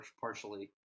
partially